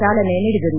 ಚಾಲನೆ ನೀಡಿದರು